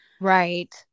Right